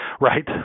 right